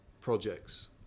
projects